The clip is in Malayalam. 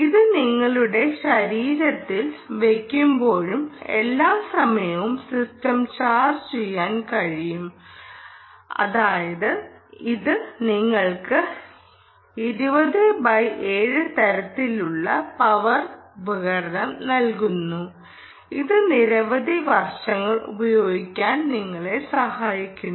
ഇത് നിങ്ങളുടെ ശരീരത്തിൽ വെയ്ക്കുമ്പോഴും എല്ലാ സമയത്തും സിസ്റ്റം ചാർജ് ചെയ്യാൻ കഴിയും അതായത് ഇത് നിങ്ങൾക്ക് 20X7 തരത്തിലുള്ള പവർ ഉപകരണം നൽകുന്നു ഇത് നിരവധി വർഷങ്ങൾ ഉപയോഗിക്കാൻ നിങ്ങളെ സഹായിക്കുന്നു